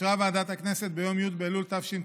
אישרה ועדת הכנסת ביום י' באלול התשפ"ב,